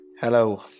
Hello